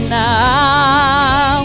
now